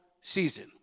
season